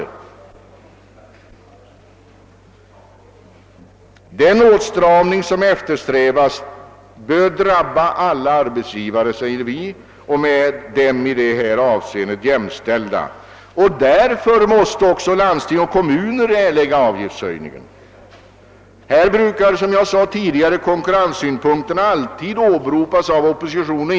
Vi menar att den åtstramning som eftersträvas bör drabba alla arbetsgivare och med dessa jämställda. Därför måste även landsting och kommuner erlägga ökad avgift. I olika sammanhang brukar, såsom jag tidigare sade, konkurrenssynpunkterna alltid åberopas av oppositionen.